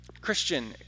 Christian